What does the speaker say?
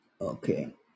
Okay